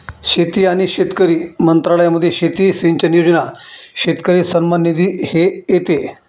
शेती आणि शेतकरी मंत्रालयामध्ये शेती सिंचन योजना, शेतकरी सन्मान निधी हे येते